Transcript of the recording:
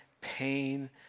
pain